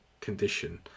condition